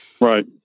Right